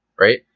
right